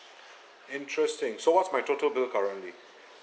interesting so what's my total bill currently